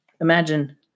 imagine